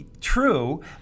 true